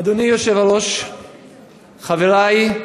תודה רבה.